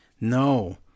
No